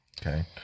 Okay